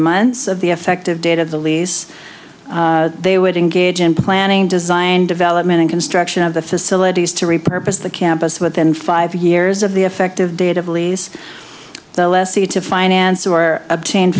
months of the effective date of the lease they would engage in planning design development and construction of the facilities to repurpose the campus within five years of the effective date of lease the lessee to finance or obtain